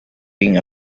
being